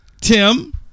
Tim